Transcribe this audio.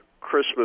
Christmas